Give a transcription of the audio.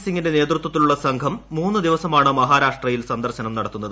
സിങ്ങിന്റെ നേതൃത്വത്തിലുള്ള സംഘം മൂന്ന് ദീഷ്സമാണ് മഹാരാഷ്ട്രയിൽ സന്ദർശനം നടത്തുന്നത്